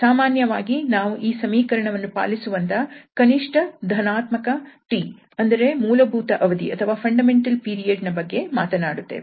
ಸಾಮಾನ್ಯವಾಗಿ ನಾವು ಈ ಸಮೀಕರಣವನ್ನು ಪಾಲಿಸುವಂತಹ ಕನಿಷ್ಠ ಧನಾತ್ಮಕ 𝑇 ಅಂದರೆ ಮೂಲಭೂತ ಅವಧಿ ಯ ಬಗ್ಗೆ ಮಾತನಾಡುತ್ತಿದ್ದೇವೆ